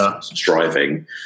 striving